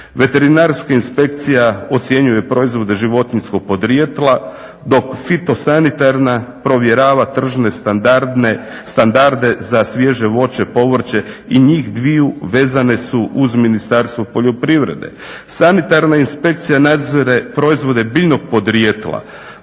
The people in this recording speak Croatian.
Veterinarska inspekcija ocjenjuje proizvode životinjskog podrijetla dok fitosanitarna provjerava tržne standarde za svježe voće, povrće i njih dviju vezane su uz Ministarstvo poljoprivrede. Sanitarna inspekcija nadzire proizvode biljnog podrijetla,